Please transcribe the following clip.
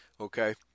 okay